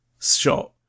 shot